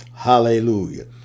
Hallelujah